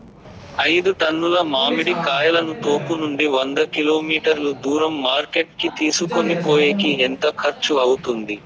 ఐదు టన్నుల మామిడి కాయలను తోపునుండి వంద కిలోమీటర్లు దూరం మార్కెట్ కి తీసుకొనిపోయేకి ఎంత ఖర్చు అవుతుంది?